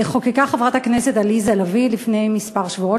חוקקה חברת הכנסת עליזה לביא לפני כמה שבועות,